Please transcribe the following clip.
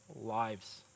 lives